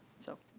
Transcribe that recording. so.